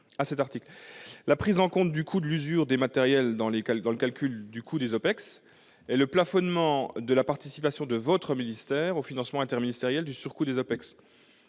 à cet article : la prise en compte du coût de l'usure des matériels dans le calcul du coût des OPEX, le plafonnement de la participation de votre ministère au financement interministériel du surcoût des OPEX.